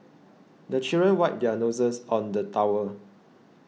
the children wipe their noses on the towel